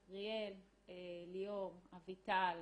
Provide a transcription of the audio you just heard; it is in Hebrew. יעל, ליאור, אביטל,